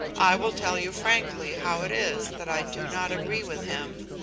i will tell you frankly how it is that i do not agree with him.